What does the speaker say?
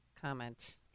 comment